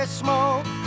smoke